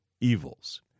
evils